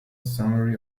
summary